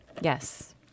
Yes